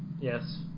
Yes